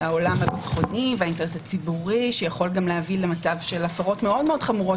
העולם הביטחוני והאינטרס הציבורי שיכול להביא למצב של הפרות מאוד חמורות